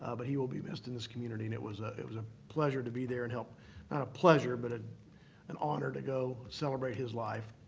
ah but he will be missed in this community and it was a it was a pleasure to be there and help not a pleasure, but a an honor to go celebrate his life.